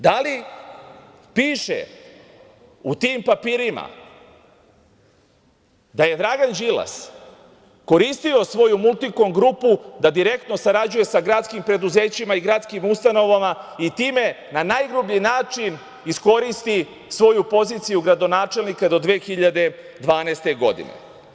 Da li piše u tim papirima da je Dragan Đilas koristio svoju „Multikom grupu“, da direktno sarađuje sa gradskim preduzećima i gradskim ustanovama i time na najgrublji način iskoristi svoju poziciju gradonačelnika do 2012. godine?